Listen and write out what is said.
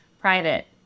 private